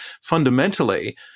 fundamentally